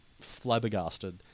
flabbergasted